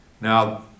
now